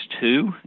two